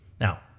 Now